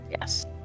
Yes